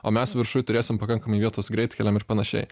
o mes viršuj turėsim pakankamai vietos greitkeliam ir panašiai